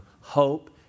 hope